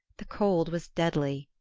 the cold was deadly.